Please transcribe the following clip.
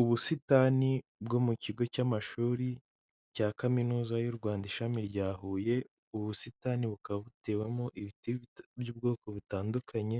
Ubusitani bwo mu kigo cy'amashuri cya kaminuza y'u Rwanda ishami rya Huye, ubusitani bukaba butewemo ibiti by'ubwoko butandukanye